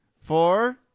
four